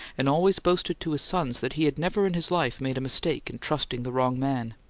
and always boasted to his sons that he'd never in his life made a mistake in trusting the wrong man.